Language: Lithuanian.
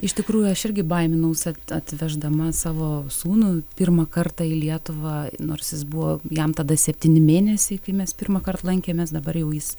iš tikrųjų aš irgi baiminausi atveždama savo sūnų pirmą kartą į lietuvą nors jis buvo jam tada septyni mėnesiai kai mes pirmąkart lankėmės dabar jau jis